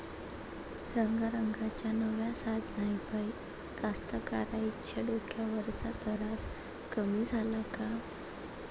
रंगारंगाच्या नव्या साधनाइपाई कास्तकाराइच्या डोक्यावरचा तरास कमी झाला का?